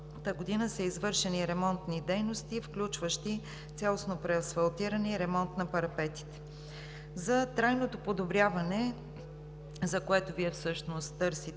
миналата година са извършени ремонтни дейности, включващи цялостно преасфалтиране и ремонт на парапетите. За трайното подобряване, за което Вие всъщност търсите